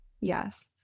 yes